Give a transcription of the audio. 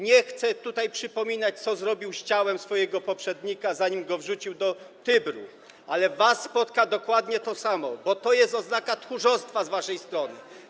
Nie chcę tutaj przypominać, co zrobił z ciałem swojego poprzednika, zanim je wrzucił do Tybru, ale was spotka dokładnie to samo, bo to jest oznaka tchórzostwa z waszej strony.